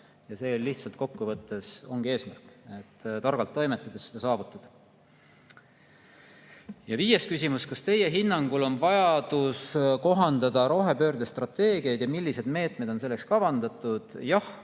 ära. See lihtsalt kokkuvõttes ongi eesmärk, et targalt toimetades seda saavutada. Viies küsimus: "Kas Teie hinnangul on vajadus kohandada rohepöörde strateegiaid ja millised meetmed on selleks kavandatud?" Jah,